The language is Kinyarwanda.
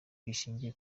gishingiye